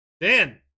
dan